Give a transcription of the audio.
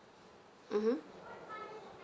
mmhmm